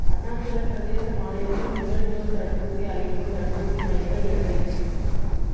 அருணாச்சல பிரதேச மாநிலத்தில் முதல் டோஸ் தடுப்பூசி அளிக்கும் தடுப்பூசி மையங்கள் எவை